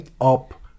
up